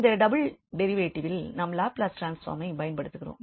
இந்த டபுள் டெரிவேட்டிவில் நாம் லாப்லஸ் ட்ரான்ஸ்ஃபார்மைப் பயன்படுத்துகிறோம்